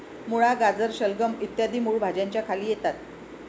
मुळा, गाजर, शलगम इ मूळ भाज्यांच्या खाली येतात